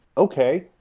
okay.